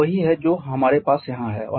यह वही है जो हमारे पास यहाँ है